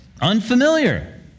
unfamiliar